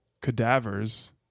Cadavers